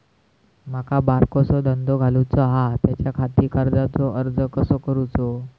माका बारकोसो धंदो घालुचो आसा त्याच्याखाती कर्जाचो अर्ज कसो करूचो?